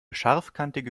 scharfkantige